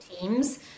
teams